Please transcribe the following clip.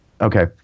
Okay